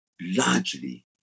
largely